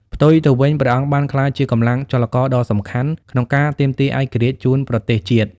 ផ្ទុយទៅវិញ ព្រះអង្គបានក្លាយជាកម្លាំងចលករដ៏សំខាន់ក្នុងការទាមទារឯករាជ្យជូនប្រទេសជាតិ។